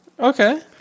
Okay